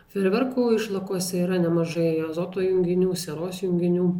fejerverkų išlakose yra nemažai azoto junginių sieros junginių